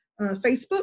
Facebook